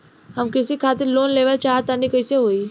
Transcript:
हम कृषि खातिर लोन लेवल चाहऽ तनि कइसे होई?